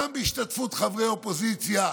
גם בהשתתפות חברי אופוזיציה,